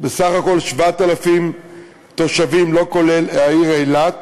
בסך הכול 7,000 תושבים, לא כולל העיר אילת,